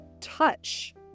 touch